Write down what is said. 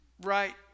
right